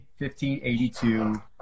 1582